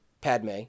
Padme